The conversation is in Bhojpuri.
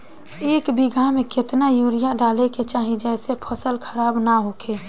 एक बीघा में केतना यूरिया डाले के चाहि जेसे फसल खराब ना होख?